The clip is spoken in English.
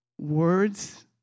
Words